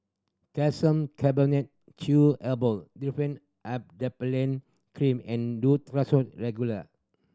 Calcium Carbonate Chewable Differin Adapalene Cream and Duro Regular